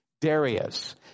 Darius